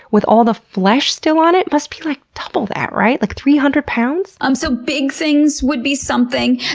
with all the flesh still on it, must be like double that, right? like three hundred pounds? um so big things would be something,